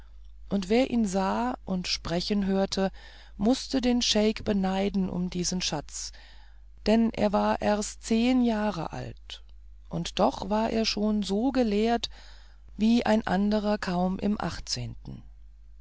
und wer ihn sah und sprechen hörte mußte den scheik beneiden um diesen schatz denn er war erst zehen jahre alt und doch war er schon so gelehrt wie ein anderer kaum im achtzehnten